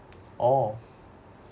oh